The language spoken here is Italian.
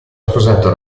sposato